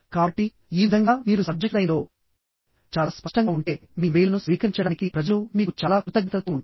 కాబట్టి ఈ విధంగా మీరు సబ్జెక్ట్ లైన్లో చాలా స్పష్టంగా ఉంటే మీ ఇమెయిల్లను స్వీకరించడానికి ప్రజలు మీకు చాలా కృతజ్ఞతతో ఉంటారు